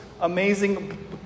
amazing